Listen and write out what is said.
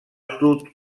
sud